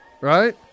right